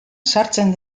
sartzen